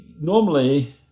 normally